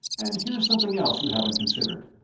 and here's something else you haven't considered.